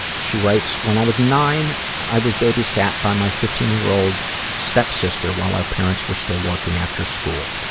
she writes, when i was nine, i was babysat by my fifteen year old stepsister while our parents were still working afterschool.